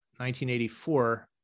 1984